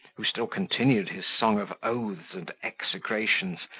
who still continued his song of oaths and execrations,